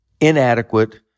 inadequate